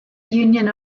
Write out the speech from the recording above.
union